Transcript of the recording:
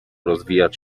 rozwijać